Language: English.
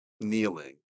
kneeling